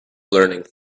learning